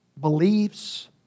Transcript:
beliefs